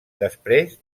després